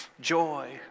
joy